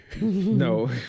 No